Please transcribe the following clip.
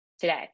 today